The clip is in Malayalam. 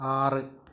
ആറ്